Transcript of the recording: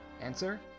Answer